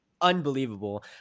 unbelievable